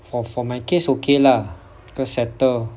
for for my case okay lah terus settle